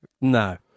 No